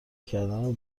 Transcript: کردن